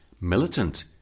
militant